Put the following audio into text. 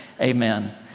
amen